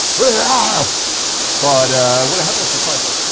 ah but with a headless guitar it's like.